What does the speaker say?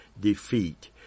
defeat